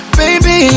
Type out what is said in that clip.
baby